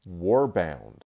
Warbound